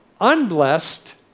unblessed